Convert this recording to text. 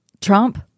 Trump